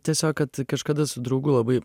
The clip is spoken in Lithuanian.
tiesiog kad kažkada su draugu labai